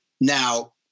Now